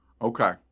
Okay